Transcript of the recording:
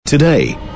Today